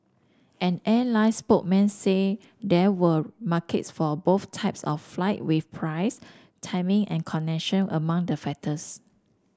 an airline spokesman say there were markets for both types of flight with price timing and connection among the factors